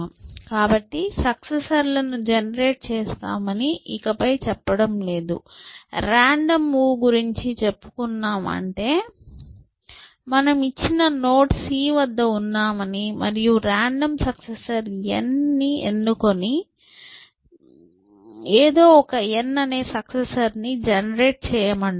కాబట్టి సక్సెసర్ లను జెనెరేట్ చేస్తామని ఇకపై చెప్పడం లేదు రాండమ్ మూవ్ గురించి చెప్పుకుంటున్నాం అంటే మనం ఇచ్చిన నోడ్ c వద్ద ఉన్నామని మరియు రాండమ్ సక్సెసర్ n ని ఎన్నుకుని ఏదో ఒక n అనే సక్సెసర్ ని జెనెరేట్ చేయమంటున్నాం